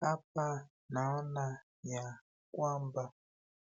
Hapa naona ya kwamba